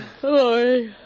Hello